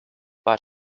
but